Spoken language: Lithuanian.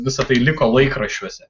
visa tai liko laikraščiuose